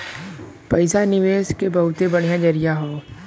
पइसा निवेस के बहुते बढ़िया जरिया हौ